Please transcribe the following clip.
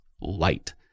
light